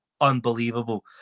Unbelievable